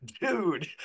dude